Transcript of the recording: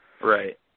Right